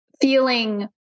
feeling